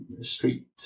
street